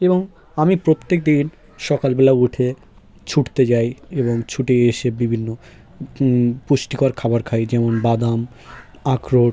এবং আমি প্রত্যেকদিন সকালবেলা উঠে ছুটতে যাই এবং ছুটে এসে বিভিন্ন পুষ্টিকর খাবার খাই যেমন বাদাম আখরোট